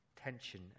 tension